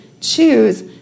choose